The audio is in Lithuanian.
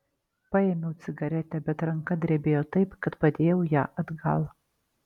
paėmiau cigaretę bet ranka drebėjo taip kad padėjau ją atgal